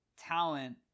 talent